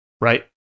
Right